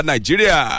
Nigeria